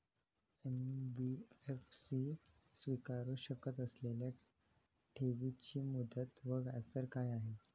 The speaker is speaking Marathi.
एन.बी.एफ.सी स्वीकारु शकत असलेल्या ठेवीची मुदत व व्याजदर काय आहे?